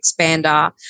expander